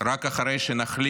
רק אחרי שנחליף